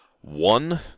One